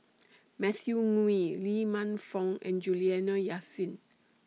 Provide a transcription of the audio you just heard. Matthew Ngui Lee Man Fong and Juliana Yasin